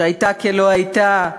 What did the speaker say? שהייתה כלא-הייתה.